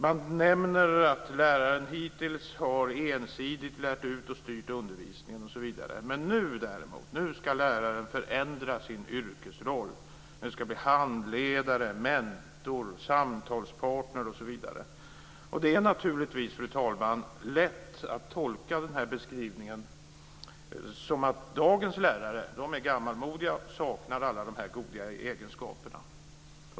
Man nämner att läraren hittills har ensidigt lärt ut och styrt undervisningen osv. Nu däremot ska läraren förändra sin yrkesroll, bli handledare, mentor, samtalspartner osv. Fru talman! Det är lätt att tolka beskrivningen så att dagens lärare är gammalmodiga och saknar alla dessa goda egenskaper.